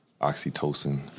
oxytocin